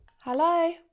Hello